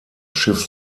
schiff